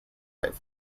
drive